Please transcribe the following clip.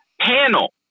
panel